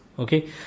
Okay